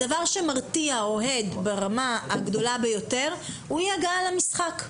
הדבר שמרתיע אוהד ברמה הגבוהה ביותר הוא אי הגעה למשחק.